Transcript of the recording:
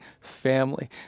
family